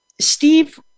Steve